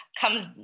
comes